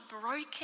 broken